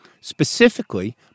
Specifically